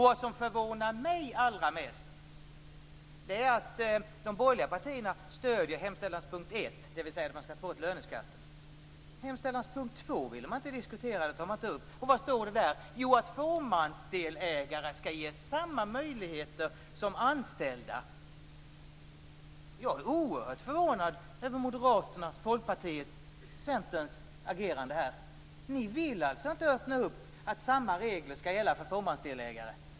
Vad som förvånar mig allra mest är att de borgerliga partierna stöder hemställanspunkt 1, dvs. att man skall ta bort löneskatten. Hemställanspunkt 2 vill man inte diskutera. Den tar man inte upp. Vad står det där? Jo, att fåmansdelägare skall ges samma möjligheter som anställda. Jag är oerhört förvånad över Moderaternas, Folkpartiets och Centerns agerande här. Ni vill alltså inte att samma regler skall gälla för fåmansdelägare.